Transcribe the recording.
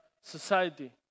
society